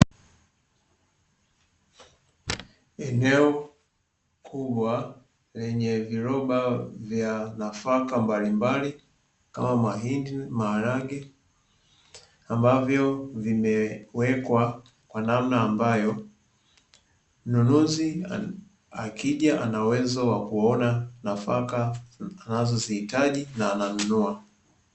Eneo kubwa lenye viroba vya nafaka mbalimbali kama mahindi na maharage, ambavyo vimewekwa kwa namna ambayo mnunuzi akija anaweuzo wa kuona nafaka anazozihitaji na ananunua.